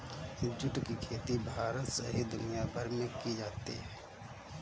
जुट की खेती भारत सहित दुनियाभर में की जाती है